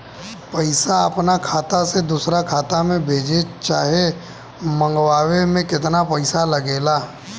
पैसा अपना खाता से दोसरा खाता मे भेजे चाहे मंगवावे में केतना पैसा लागेला?